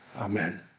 Amen